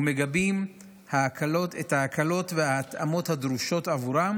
מגבים את ההקלות וההתאמות הדרושות עבורם